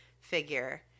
figure